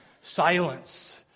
silence